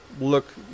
look